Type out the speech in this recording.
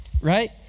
right